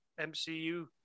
MCU